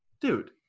dude